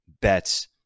bets